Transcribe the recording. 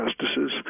justices